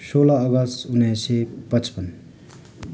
सोह्र अगस्ट उन्नाइस सय पचपन्न